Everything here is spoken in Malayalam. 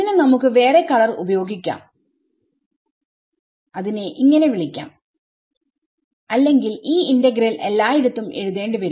ഇതിന് നമുക്ക് വേറെ കളർ ഉപയോഗിക്കാം അതിനെ എന്ന് വിളിക്കാം അല്ലെങ്കിൽ ഈ ഇന്റഗ്രൽ എല്ലായിടത്തും എഴുതേണ്ടി വരും